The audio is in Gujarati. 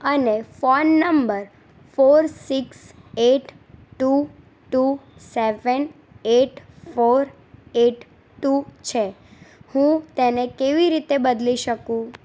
અને phone number four six eight two two seven eight four eight two છે હું તેને કેવી રીતે બદલી શકું